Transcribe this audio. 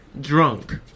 drunk